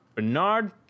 Bernard